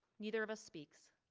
neither of us speaks.